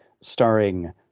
starring